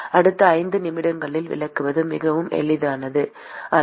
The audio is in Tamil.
அடுத்த 5 நிமிடங்களில் விளக்குவது மிகவும் எளிதானது அல்ல